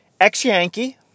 Ex-Yankee